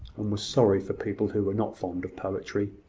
and was sorry for people who were not fond of poetry.